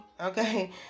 okay